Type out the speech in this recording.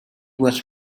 was